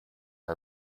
our